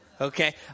Okay